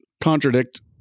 contradict